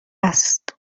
است